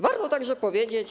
Warto także powiedzieć.